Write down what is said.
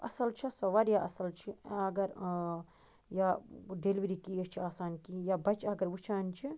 اَصٕل چھِ سۄ وارِیاہ اَصٕل چھِ اگر آ یا ڈیٚلِؤری کیس چھِ آسان چھِ یا بَچہٕ اگر وٕچھان چھِ